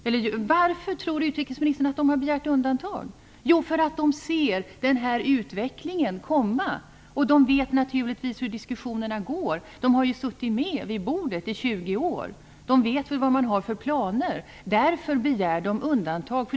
Varför tror alltså utrikesministern att de har begärt undantag? Jo, därför att de ser den här utvecklingen komma. De vet naturligtvis hur diskussionerna går - de har ju suttit med vid bordet i 20 år och vet vad man har för planer - och därför begär de undantag.